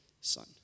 son